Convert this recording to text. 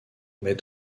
mais